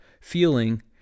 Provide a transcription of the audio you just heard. feeling